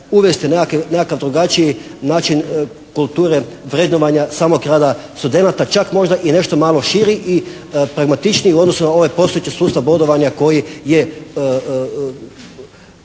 uvesti nekakav drugačiji način kulture vrednovanja samog rada studenata, čak možda i nešto malo širi i pragmatičniji u odnosu na ovaj postojeći sustav bodovanja koji je